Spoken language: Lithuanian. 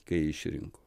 kai jį išrinko